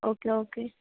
okay okay